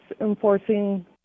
enforcing